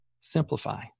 simplify